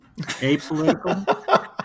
Apolitical